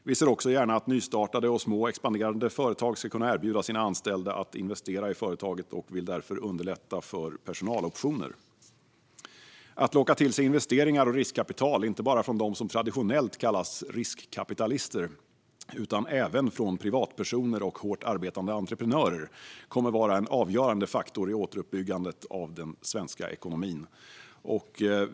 Vi ser också gärna att nystartade och små expanderande företag ska kunna erbjuda sina anställda att investera i företaget och vill därför underlätta för personaloptioner. Att locka till sig investeringar och riskkapital, inte bara från dem som traditionellt kallas riskkapitalister utan även från privatpersoner och hårt arbetande entreprenörer, kommer att vara en avgörande faktor för återuppbyggandet av den svenska ekonomin.